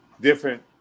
different –